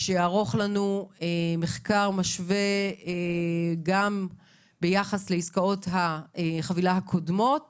שיערוך לנו מחקר משווה גם ביחס לעסקאות החבילה הקודמות